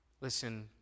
Listen